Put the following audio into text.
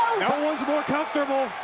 no one's more comfortable.